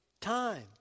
time